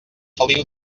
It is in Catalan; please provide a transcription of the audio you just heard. feliu